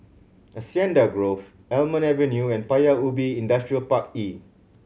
Hacienda Grove Almond Avenue and Paya Ubi Industrial Park E